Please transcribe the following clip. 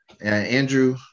Andrew